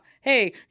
hey